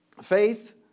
Faith